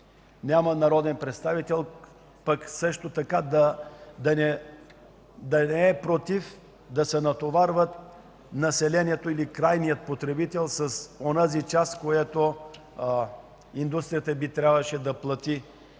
няма народен представител, който да не е против да се натоварва населението или крайният потребител с онази част, която индустрията ни трябваше да плати